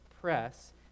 Press